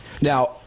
Now